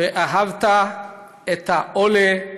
ואהבת את העולה כמוך,